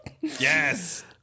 Yes